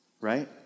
right